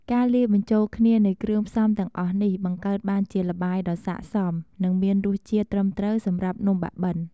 ការលាយបញ្ចូលគ្នានៃគ្រឿងផ្សំទាំងអស់នេះ បង្កើតបានជាល្បាយដ៏ស័ក្តិសម និងមានរសជាតិត្រឹមត្រូវសម្រាប់នំបាក់បិន។